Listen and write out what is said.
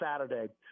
Saturday